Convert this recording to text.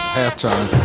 halftime